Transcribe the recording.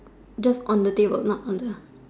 just on the table not on the